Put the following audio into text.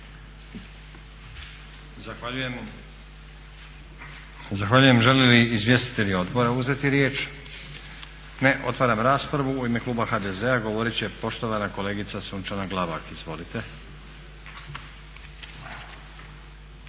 Zahvaljujem. Žele li izvjestitelji odbora uzeti riječ? Ne. Otvaram raspravu. U ime kluba HDZ-a govorit će poštovana kolegica Sunčana Glavak, izvolite.